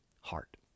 heart